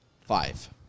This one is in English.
five